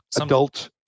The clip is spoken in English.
adult